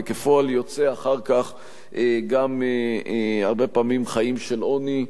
וכפועל יוצא אחר כך גם הרבה פעמים חיים של עוני,